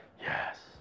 yes